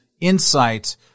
insight